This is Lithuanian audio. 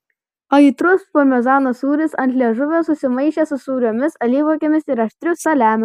aitrus parmezano sūris ant liežuvio susimaišė su sūriomis alyvuogėmis ir aštriu saliamiu